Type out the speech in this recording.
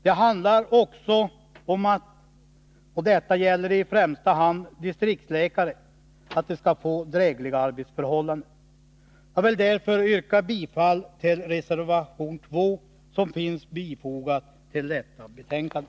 Det handlar också om att alla läkare — och detta gäller i främsta hand distriktläkare — skall få drägliga arbetsförhållanden. Jag vill därför yrka bifall till reservation 2, som fogats till detta betänkande.